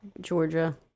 georgia